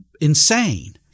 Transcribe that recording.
insane